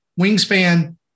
Wingspan